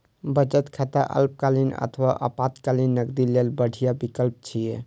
बचत खाता अल्पकालीन अथवा आपातकालीन नकदी लेल बढ़िया विकल्प छियै